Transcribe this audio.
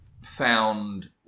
found